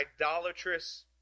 idolatrous